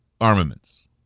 armaments